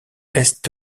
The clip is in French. est